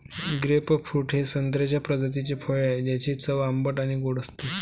grapefruit हे संत्र्याच्या प्रजातीचे फळ आहे, ज्याची चव आंबट आणि गोड असते